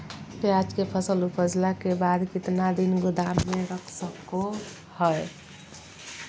प्याज के फसल उपजला के बाद कितना दिन गोदाम में रख सको हय?